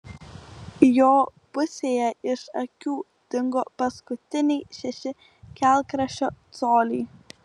jo pusėje iš akių dingo paskutiniai šeši kelkraščio coliai